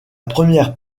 première